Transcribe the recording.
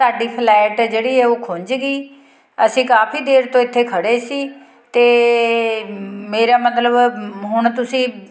ਸਾਡੀ ਫਲੈਟ ਜਿਹੜੀ ਉਹ ਖੁੰਝ ਗਈ ਅਸੀਂ ਕਾਫੀ ਦੇਰ ਤੋਂ ਇੱਥੇ ਖੜ੍ਹੇ ਸੀ ਅਤੇ ਮੇਰਾ ਮਤਲਬ ਹੁਣ ਤੁਸੀਂ